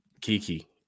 Kiki